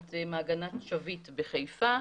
את מעגנת שביט בחיפה,